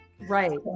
right